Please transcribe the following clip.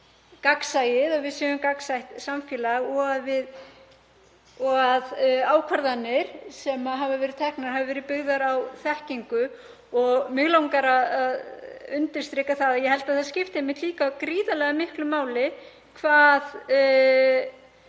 gagnsæið, að við séum gagnsætt samfélag og að ákvarðanir sem hafa verið teknar hafi verið byggðar á þekkingu. Mig langar að undirstrika það og ég held að það skipti einmitt líka gríðarlega miklu máli hvað